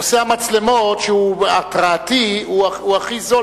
נושא המצלמות, שהוא הרתעתי, הוא הכי זול.